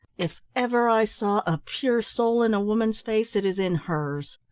if ever i saw a pure soul in a woman's face, it is in hers!